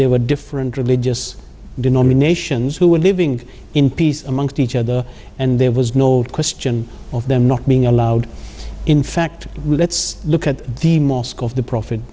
there were different religious denominations who were living in peace amongst each other and there was no question of them not being allowed in fact let's look at the mosque of the pro